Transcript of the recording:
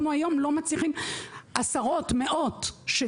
היום אנחנו לא מצליחים -- עשרות ומאות מקרים של